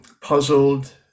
puzzled